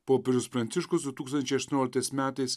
popiežius pranciškus du tūkstančiai aštuonioliktais metais